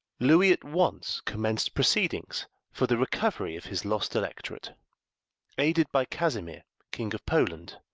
louis at once commenced proceedings for the recovery of his lost electorate aided by casimir, king of poland,